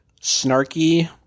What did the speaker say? snarky